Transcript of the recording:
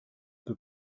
peu